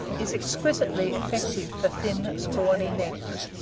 is exquisitely effective for thin, scrawny necks.